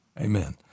Amen